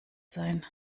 sein